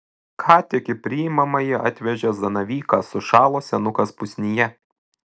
ką tik į priimamąjį atvežė zanavyką sušalo senukas pusnyje